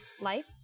Life